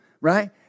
Right